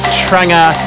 tranger